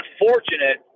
unfortunate